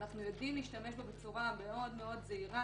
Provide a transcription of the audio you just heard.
ואנחנו יודעים להשתמש בו בצורה מאוד זהירה.